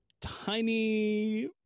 tiny